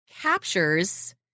captures